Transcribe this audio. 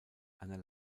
einer